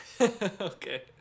okay